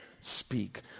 speak